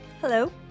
Hello